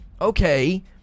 okay